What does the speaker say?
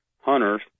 hunters